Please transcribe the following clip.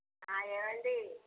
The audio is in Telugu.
ఏవండి